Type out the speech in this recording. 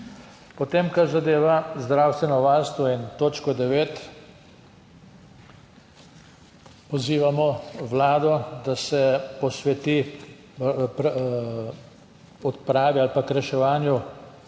naprej. Kar zadeva zdravstveno varstvo in točko 9, pozivamo Vlado, da se posveti odpravi ali reševanju